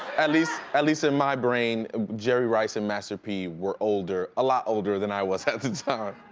at least, at least in my brain jerry rice and master p were older. a lot older than i was at the time.